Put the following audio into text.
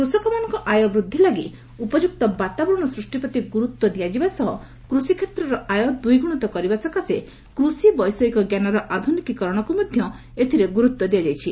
କୃଷକମାନଙ୍କ ଆୟ ବୃଦ୍ଧି ଲାଗି ଉପଯୁକ୍ତ ବାତାବରଣ ସୃଷ୍ଟି ପ୍ରତି ଗୁରୁତ୍ୱ ଦିଆଯିବା ସହ କୃଷି କ୍ଷେତ୍ରର ଆୟ ଦ୍ୱିଗୁଣିତ କରିବା ସକାଶେ କୃଷି ବୈଷୟିକଜ୍ଞାନର ଆଧୁନିକିକରଣକୁ ମଧ୍ୟ ଏଥିରେ ଗୁରୁତ୍ୱ ଦିଆଯାଇଛି